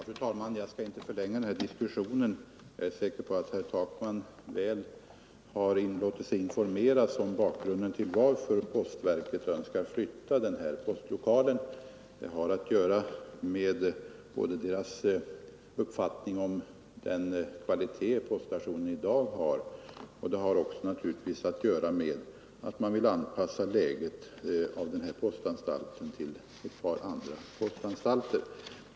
Fru talman! Jag skall inte mycket förlänga den här diskussionen. Jag är säker på att herr Takman har låtit sig informas väl om bakgrunden till att postverket önskar flytta den här postlokalen. Det beror på den kvalitet poststationen har i dag och på att man vill anpassa läget till ett par andra postanstalter.